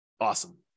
Awesome